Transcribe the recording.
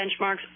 benchmarks